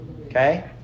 okay